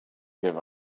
give